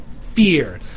fear